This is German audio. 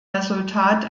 resultat